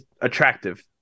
attractive